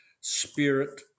spirit